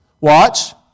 Watch